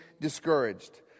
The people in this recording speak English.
discouraged